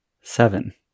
Seven